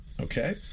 Okay